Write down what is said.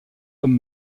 comme